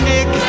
Nick